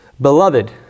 Beloved